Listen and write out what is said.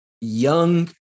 Young